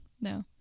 No